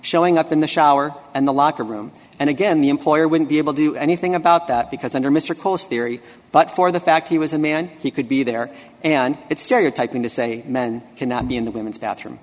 showing up in the shower in the locker room and again the employer wouldn't be able to do anything about that because under mr cole's theory but for the fact he was a man he could be there and it's stereotyping to say men cannot be in the women's bathroom